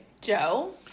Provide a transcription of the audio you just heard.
Joe